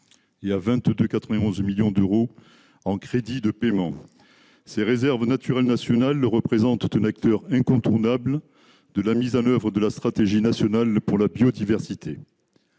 y a 22 91 millions d'euros en crédits de paiement ces réserves naturelles nationales le représente un acteur incontournable de la mise en oeuvre de la stratégie nationale pour la biodiversité,